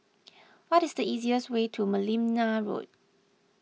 what is the easiest way to Merlimau Road